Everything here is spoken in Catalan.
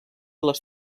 les